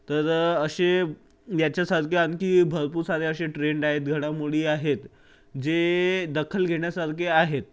तर असे याच्यासारखे आणखी भरपूर सारे असे ट्रेंड आहेत घडामोडी आहेत जे दखल घेण्यासारखे आहेत